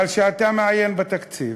אבל כשאתה מעיין בתקציב,